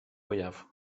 fwyaf